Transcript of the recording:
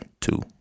two